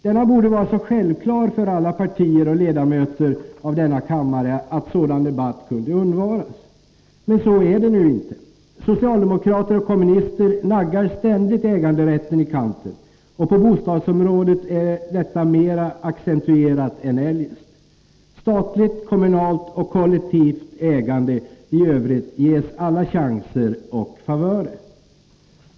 Denna borde vara så självklar för alla partier och ledamöter av denna kammare att sådan debatt kunde undvaras. Men så är det nu inte. Socialdemokrater och kommunister naggar ständigt äganderätten i kanten, och på bostadsområdet är detta mera accentuerat än eljest. Statligt, kommunalt och kollektivt ägande i övrigt ges alla chanser och favörer.